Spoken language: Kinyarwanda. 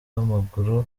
w’amaguru